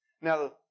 Now